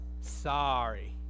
sorry